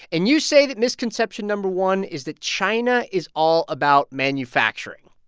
and you say that misconception no. one is that china is all about manufacturing.